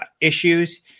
issues